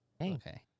Okay